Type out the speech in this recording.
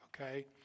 okay